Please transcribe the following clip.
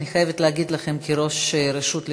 אני חייבת להגיד לכם, כראש רשות לשעבר,